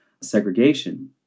segregation